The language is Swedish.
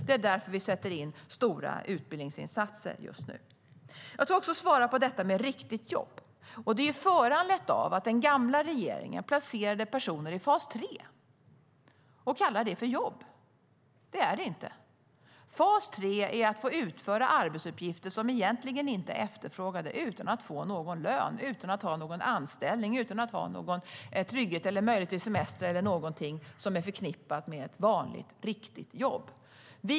Det är därför vi sätter in stora utbildningsinsatser just nu. Jag ska också svara på vad som är ett riktigt jobb. Det är föranlett av att den gamla regeringen placerade personer i fas 3 och kallade det för jobb. Det är det inte. Fas 3 innebär att man får utföra arbetsuppgifter som egentligen inte är efterfrågade utan att man får någon lön, utan att man har någon anställning, utan att man har någon trygghet eller möjligtvis semester eller någonting som är förknippat med ett vanligt, riktigt jobb.